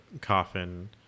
coffin